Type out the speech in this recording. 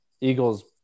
Eagles